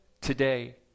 today